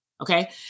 okay